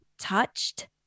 touched